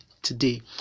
today